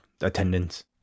attendance